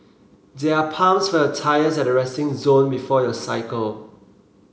there are pumps for your tyres at the resting zone before you cycle